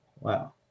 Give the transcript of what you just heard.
Wow